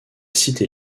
cité